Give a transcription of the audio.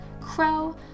Crow